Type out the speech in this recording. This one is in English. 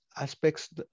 aspects